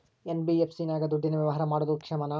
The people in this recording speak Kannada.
ಎನ್.ಬಿ.ಎಫ್.ಸಿ ನಾಗ ದುಡ್ಡಿನ ವ್ಯವಹಾರ ಮಾಡೋದು ಕ್ಷೇಮಾನ?